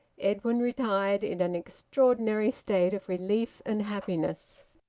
edwin retired in an extraordinary state of relief and happiness.